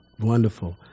wonderful